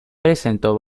presentó